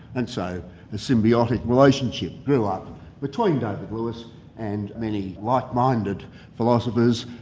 and so the symbiotic relationship grew up between david lewis and many like-minded philosophers,